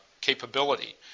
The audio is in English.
capability